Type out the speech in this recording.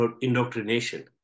indoctrination